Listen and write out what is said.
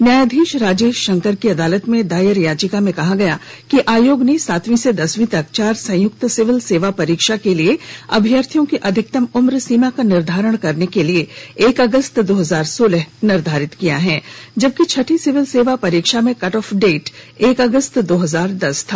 न्यायाधीश राजेश शंकर की अदालत में दायर याचिका में कहा गया है कि आयोग ने सातवीं से दसवीं तक चार संयुक्त सिविल सेवा परीक्षा के लिए अभ्यर्थियों की अधिकतम उम्र सीधा का निर्धारण करने के लिए एक अगस्त दो हजार सोलह निर्धारित किया है जबकि छठी सिविल सेवा परीक्षा में कट ऑफ डेट एक अगस्त दो हजार दस था